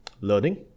learning